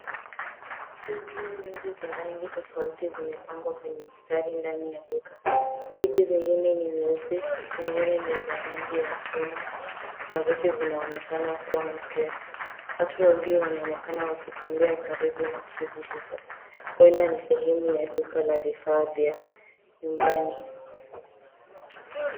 Friji nyingi za rangi tofauti zimepangwa kwenye mstari ndani ya duka. Friji zingine ni nyeusi, nyingine ni za rangi ya chuma na zote zinaonekana kuwa mpya. Watu wawili wanaonekana wakitembea karibu na friji hizo, huenda ni sehemu ya duka la vifaa vya nyumbani.